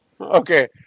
Okay